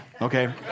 Okay